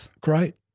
Great